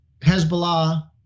Hezbollah